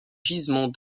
gisements